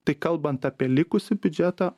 tai kalbant apie likusį biudžetą